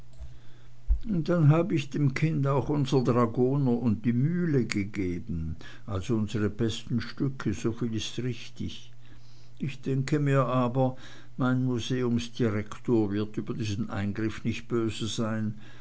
dann hab ich dem kind auch unsern dragoner und die mühle gegeben also unsre besten stücke soviel ist richtig ich denke mir aber mein museumsdirektor wird über diesen eingriff nicht böse sein